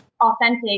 authentic